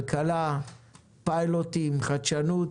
כלכלה, פיילוטים, חדשנות.